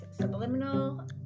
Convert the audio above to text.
subliminal